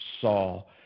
Saul